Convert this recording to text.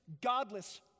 godless